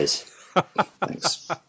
Thanks